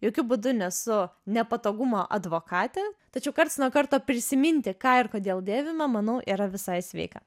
jokiu būdu nesu nepatogumo advokatė tačiau karts nuo karto prisiminti ką ir kodėl dėvime manau yra visai sveika